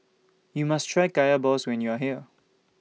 YOU must Try Kaya Balls when YOU Are here